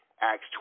Acts